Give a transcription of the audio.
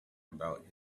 about